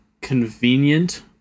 convenient